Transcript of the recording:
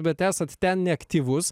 bet esat ten neaktyvus